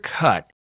cut